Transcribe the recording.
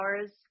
hours